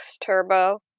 turbo